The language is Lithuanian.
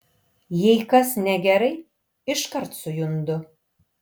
jei kas negerai iškart sujundu